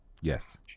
Yes